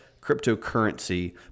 cryptocurrency